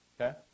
okay